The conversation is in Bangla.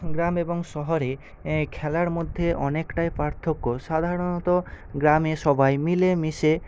গ্রাম এবং শহরে খেলার মধ্যে অনেকটাই পার্থক্য সাধারণত গ্রামে সবাই মিলে মিশে